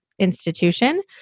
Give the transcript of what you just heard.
institution